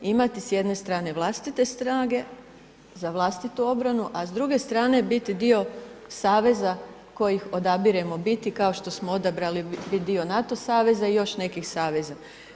Imati s jedne strane vlastite snage za vlastitu obranu, a s druge strane biti dio saveza koji odabiremo biti, kao što smo odabrali biti dio NATO saveza i još nekih saveza.